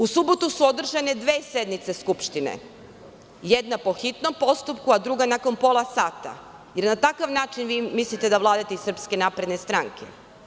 U subotu su održane dve sednice Skupštine jedna po hitnom postupku, a druga nakon pola sata, da li na takav način vi mislite da vladate iz SNS.